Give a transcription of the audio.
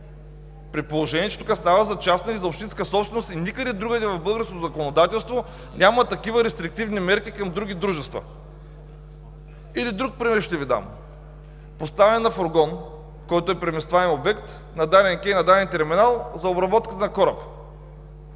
при положение че става дума за частна или за общинска собственост и никъде другаде в българското законодателство няма такива рестриктивни мерки към други дружества. Или друг пример ще Ви дам – поставяне на фургон, който е преместваем обект, на даден кей, на даден терминал, за обработка на кораб.